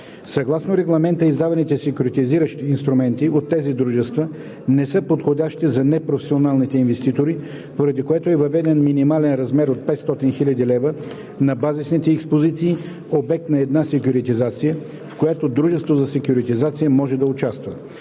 Съгласно Регламента издаваните секюритизиращи инструменти от тези дружества не са подходящи за непрофесионалните инвеститори, поради което е въведен минимален размер от 500 000 лв. на базисните експозиции, обект на една секюритизация, в която дружество за секюритизация може да участва.